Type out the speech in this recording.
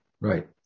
Right